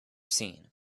seen